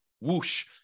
whoosh